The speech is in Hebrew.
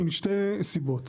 משתי סיבות,